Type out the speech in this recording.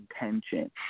intention